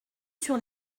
sur